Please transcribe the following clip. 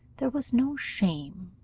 there was no shame,